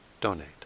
donate